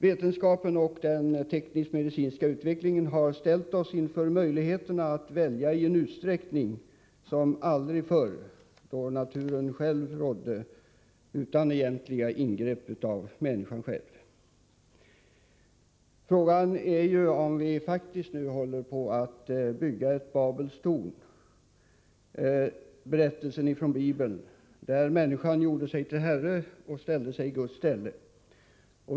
Vetenskapen och den tekniskt-medicinska utvecklingen har ställt oss inför möjligheter att välja i en utsträckning som aldrig förr, då naturen själv rådde utan egentliga ingrepp av människan. Frågan är om vi nu inte håller på att bygga ett Babels torn, såsom skedde i berättelsen i Bibeln där människan gjorde sig till herre och satte sig i Guds ställe.